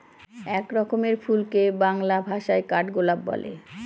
এক রকমের ফুলকে বাংলা ভাষায় কাঠগোলাপ বলে